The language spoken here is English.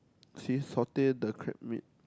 see saltier the crab meat